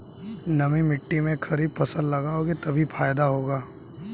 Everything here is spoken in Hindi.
नमी मिट्टी में खरीफ फसल लगाओगे तभी फायदा होगा